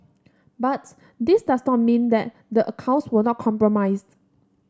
but this does not mean that the accounts were not compromised